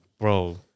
Bro